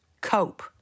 cope